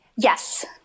yes